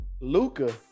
Luca